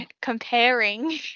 comparing